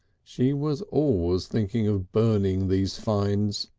she was always thinking of burning these finds,